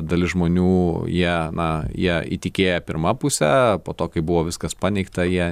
dalis žmonių jie na jie įtikėję pirma puse po to kai buvo viskas paneigta jie